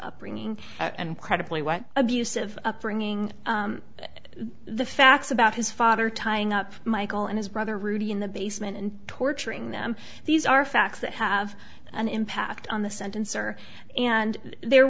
upbringing and credibly what abusive upbringing but the facts about his father tying up michael and his brother rudy in the basement and torturing them these are facts that have an impact on the sentence or and the